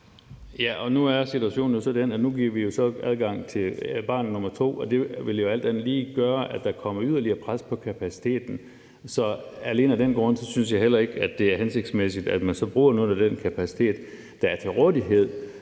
(KF): Nu er situationen jo så den, at vi giver adgang til det for barn nummer to, og det vil jo alt andet lige gøre, at der kommer yderligere pres på kapaciteten. Så alene af den grund synes jeg heller ikke, at det er hensigtsmæssigt, at man så bruger noget af den kapacitet, der er til rådighed,